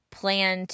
plan